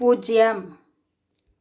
பூஜ்ஜியம்